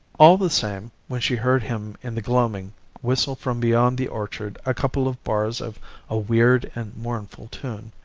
all the same, when she heard him in the gloaming whistle from beyond the orchard a couple of bars of a weird and mournful tune,